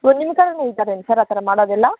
ಓಹ್ ನಿಮ್ಮ ಕಡೆನು ಇದಾರೇನು ಸರ್ ಆ ಥರ ಮಾಡೋರೆಲ್ಲ